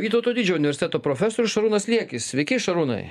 vytauto didžiojo universiteto profesorius šarūnas liekis sveiki šarūnai